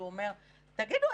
כשהוא אומר: תגידו,